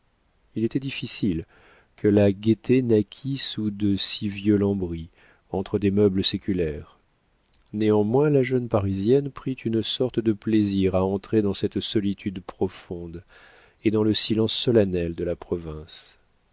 il était difficile que la gaieté naquît sous de si vieux lambris entre des meubles séculaires néanmoins la jeune parisienne prit une sorte de plaisir à entrer dans cette solitude profonde et dans le silence solennel de la province